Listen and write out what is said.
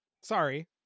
Sorry